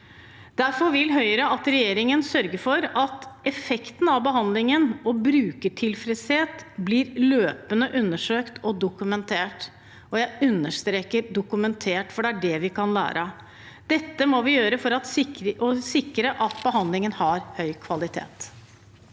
Derfor vil Høyre at regjeringen sørger for at effekten av behandlingen og brukertilfredsheten blir løpende undersøkt og dokumentert – og jeg understreker dokumentert, for det er det vi kan lære av. Dette må vi gjøre for å sikre at behandlingen har høy kvalitet.